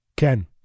Ken